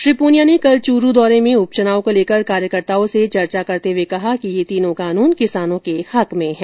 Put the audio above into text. श्री पूनिया ने कल चूरू दौरे में उप चुनाव को लेकर कार्यकर्ताओं से चर्चा करते हुए कहा कि ये तीनों कानून किसानों के हक में है